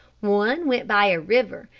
one went by a river,